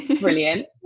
brilliant